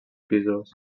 pisos